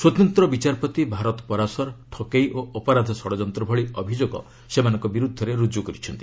ସ୍ୱତନ୍ତ୍ର ବିଚାରପତି ଭାରତ ପରାସର ଠକେଇ ଓ ଅପରାଧ ଷଡ଼ଯନ୍ତ୍ର ଭଳି ଅଭିଯୋଗ ସେମାନଙ୍କ ବିରୁଦ୍ଧରେ ରୁଜୁ କରିଛନ୍ତି